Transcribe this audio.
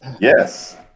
Yes